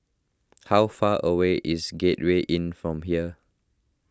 how far away is Gateway Inn from here